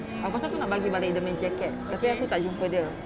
aku rasa aku nak bagi balik dia punya jacket tapi aku tak jumpa dia